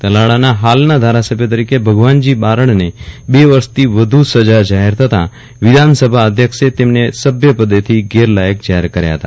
તાલાળાના હાલના ધારાસભ્ય તરીકે ભગવાનજી બારડને બે વર્ષથી વધુ સજા જાહેર થતાં વિધાનસભા અધ્યક્ષે તેમને સભ્યપદેથી ગેરલાયક જાહેર કર્યા હતા